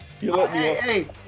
hey